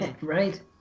right